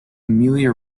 amelia